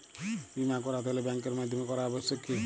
বিমা করাতে হলে ব্যাঙ্কের মাধ্যমে করা আবশ্যিক কি?